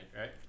right